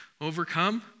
overcome